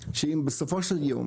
שאם בסופו של יום,